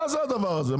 מה זה הדבר הזה?